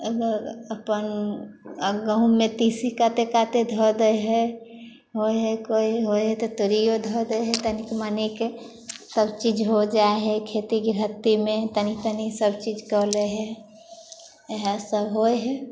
गहूॅंममे तीसी काते काते धऽ दै हइ होइ हइ तऽ तोड़ियो धऽ दै हइ तनिक मनिक सब चीज हो जाइ हइ खेती गृहस्तीमे तनि तनि सब चीजके लै हइ इएह सब होइ हइ